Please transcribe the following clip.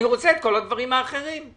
אני רוצה את כל הדברים האחרים גם